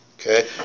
okay